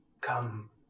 come